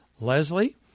Leslie